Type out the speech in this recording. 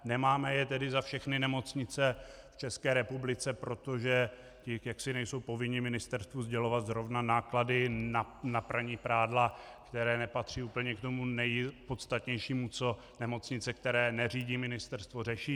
Nemáme je tedy za všechny nemocnice v České republice, protože ty nejsou povinny ministerstvu sdělovat zrovna náklady na praní prádla, které nepatří úplně k tomu nejpodstatnějšímu, co nemocnice, které neřídí ministerstvo, řeší.